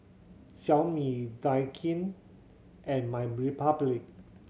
Xiaomi Daikin and MyRepublic